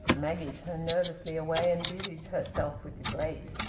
maggie turned nervously away and busied herself with the grate.